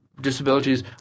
disabilities